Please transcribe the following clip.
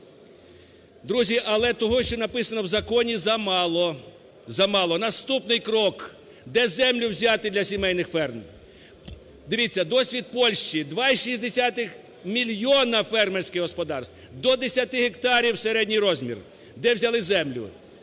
Друзі, але того, що написано в законі, замало. Замало! Наступний крок: де землю взяти для сімейних ферм. Дивіться, досвід Польщі: 2,6 мільйона фермерських господарств - до 10 гектарів середній розмір. Де взяли землю?